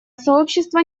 сообщество